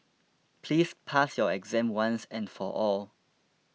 please pass your exam once and for all